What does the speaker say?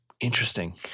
interesting